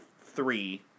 three